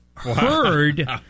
heard